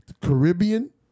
Caribbean